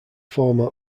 former